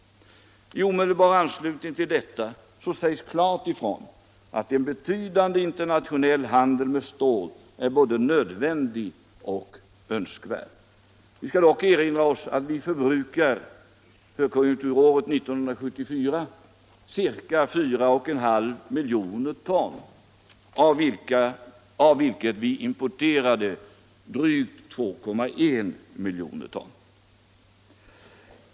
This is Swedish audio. I omedelbar anslutning till detta sägs klart ifrån att en betydande internationell handel med stål är både nödvändig och önskvärd. Vi skall dock erinra oss att vi högkonjunkturåret 1974 förbrukade ca 4,5 miljoner ton stål, av vilken kvantitet vi importerade drygt 2,1 miljoner ton.